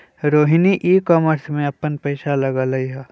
Rohini e commerce में अप्पन पैसा लगअलई ह